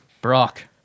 Brock